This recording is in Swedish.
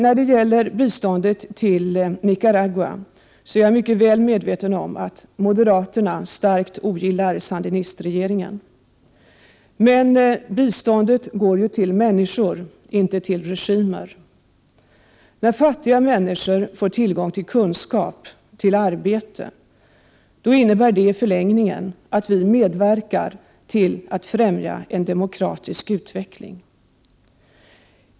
Jag vet mycket väl att moderaterna starkt ogillar sandinistregeringen i Nicaragua. Men biståndet går ju till människor, inte till regimer. När fattiga människor får tillgång till kunskap och arbete innebär detta i förlängningen att vi medverkar till att ffrämja en demokratisk utveckling.